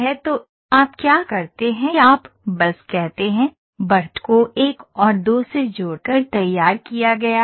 तो आप क्या करते हैं आप बस कहते हैं बढ़त को 1 और 2 से जोड़कर तैयार किया गया है